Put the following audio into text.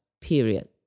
period